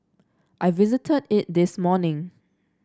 I visited it this morning